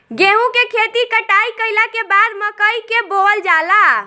गेहूं के खेती कटाई कइला के बाद मकई के बोअल जाला